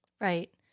Right